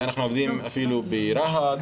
אנחנו עובדים אפילו ברהט,